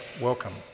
welcome